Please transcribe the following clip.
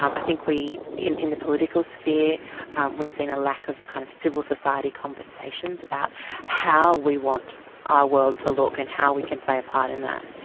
um i think in in the political sphere we've seen a lack of kind of civil society conversations about how we want our world to look and how we can play a part in that.